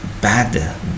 bad